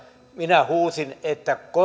minä huusin että